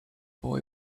boy